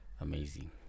amazing